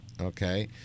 okay